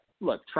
look